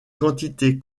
quantité